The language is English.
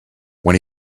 when